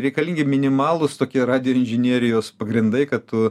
reikalingi minimalūs tokie radijo inžinerijos pagrindai kad tu